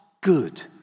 good